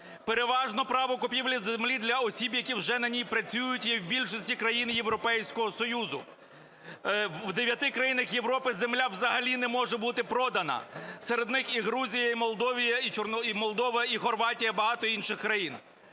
Переважно право купівлі землі для осіб, які вже на ній працюють, є в більшості країн Європейського Союзу. В дев'яти країнах Європи земля взагалі не може бути продана. Серед них і Грузія і Молдова, і Хорватія, і багато інших країн.